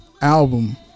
album